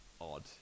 odd